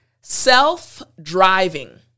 self-driving